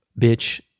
Bitch